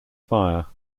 fire